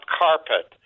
carpet